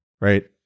right